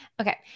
okay